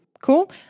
Cool